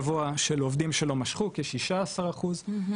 שיעור קטן של מנוכים.